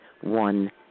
one